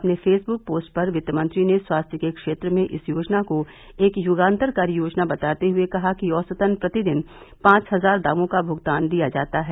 अपने Facebook post पर वित्त मंत्री ने स्वास्थ्य के क्षेत्र में इस योजना को एक युगांतरकारी योजना बताते हुए कहा कि औसतन प्रतिदिन पांच हजार दावों का भुगतान दिया जाता है